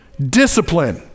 discipline